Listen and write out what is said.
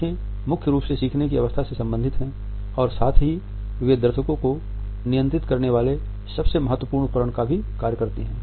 आंखें मुख्य रूप से सीखने की अवस्था से संबंधित हैं और साथ ही वे दर्शकों को नियंत्रित करने वाले सबसे महत्वपूर्ण उपकरण का कार्य भी करती हैं